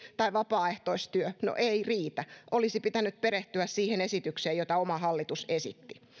tai vapaaehtoistyö riittää aktiivitoimeksi no ei riitä olisi pitänyt perehtyä siihen esitykseen jota oma hallitus esitti